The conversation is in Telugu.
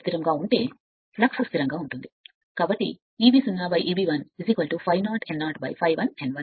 స్థిరంగా ఉంటే ఫ్లక్స్ స్థిరంగా ఉంటే Eb 0 Eb నేను ∅0 n 0 ∅1 n 1 రాయగలను